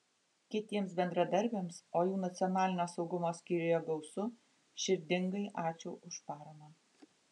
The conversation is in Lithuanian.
kitiems bendradarbiams o jų nacionalinio saugumo skyriuje gausu širdingai ačiū už paramą